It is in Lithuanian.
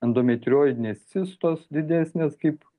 endometriozinės cistos didesnės kaip